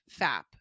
FAP